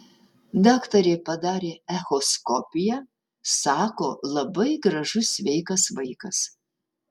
daktarė padarė echoskopiją sako labai gražus sveikas vaikas